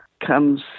comes